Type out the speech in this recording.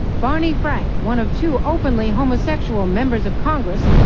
barney frank, one of two openly homosexual members of congress,